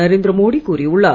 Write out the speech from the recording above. நரேந்திர மோடி கூறியுள்ளார்